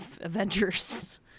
Avengers